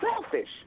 selfish